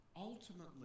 ultimately